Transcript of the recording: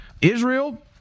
Israel